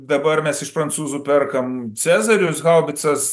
dabar mes iš prancūzų perkam cezarius haubicas